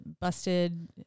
busted